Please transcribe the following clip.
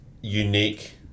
unique